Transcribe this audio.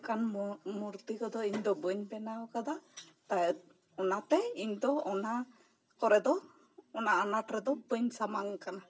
ᱚᱱᱠᱟᱱ ᱢᱩᱨᱛᱤ ᱠᱚᱫᱚ ᱤᱧᱫᱚ ᱵᱟ ᱧ ᱵᱮᱱᱟᱣ ᱟᱠᱟᱫᱟ ᱚᱱᱟᱛᱮ ᱤᱧᱫᱚ ᱚᱱᱟ ᱠᱚᱨᱮ ᱫᱚ ᱚᱱᱟ ᱟᱱᱟᱴ ᱨᱮᱫᱚ ᱵᱟ ᱧ ᱥᱟᱢᱟᱝ ᱟᱠᱟᱱᱟ